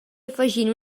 afegint